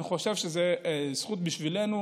אני חושב שזאת זכות בשבילנו,